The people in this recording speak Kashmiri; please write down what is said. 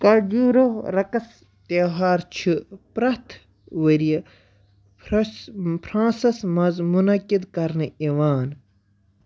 کَجیٖرو رَکَس تیٚوہار چھِ پرٛٮ۪تھ ؤریہِ فرٛس فرٛانٛسَس منٛز مُنعقد کرنہٕ یِوان